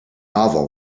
novel